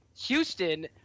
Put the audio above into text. Houston